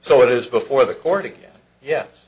so it is before the court again yes